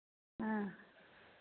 हाँ